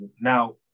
now